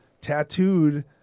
tattooed